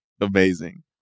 Amazing